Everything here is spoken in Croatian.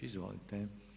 Izvolite.